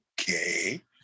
Okay